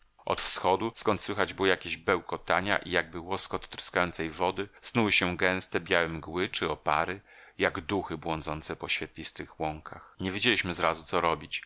od wschodu skąd słychać było jakieś bełkotania i jakby łoskot tryskającej wody snuły się gęste białe mgły czy opary jak duchy błądzące po świetlistych łąkach nie wiedzieliśmy zrazu co robić